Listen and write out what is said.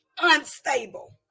unstable